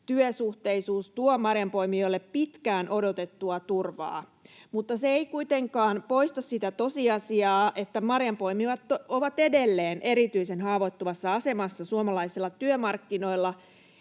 Työsuhteisuus tuo marjanpoimijoille pitkään odotettua turvaa, mutta se ei kuitenkaan poista sitä tosiasiaa, että marjanpoimijat ovat edelleen erityisen haavoittuvassa asemassa suomalaisilla työmarkkinoilla